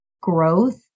growth